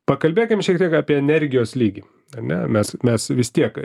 pakalbėkim šiek tiek apie energijos lygį ane mes mes vis tiek